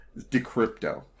Decrypto